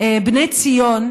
בני ציון,